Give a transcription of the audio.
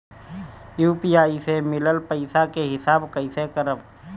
UPI से मिलल पईसा के हिसाब कइसे करब?